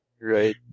Right